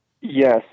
Yes